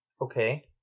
Okay